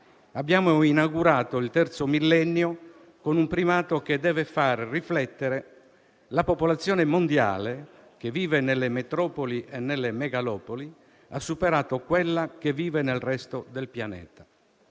Abbiamo inaugurato il terzo millennio con un primato che deve far riflettere: la popolazione mondiale che vive nelle metropoli e nelle megalopoli ha superato quella che vive nel resto del pianeta;